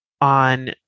on